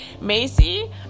Macy